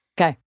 Okay